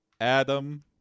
Adam